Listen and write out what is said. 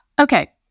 Okay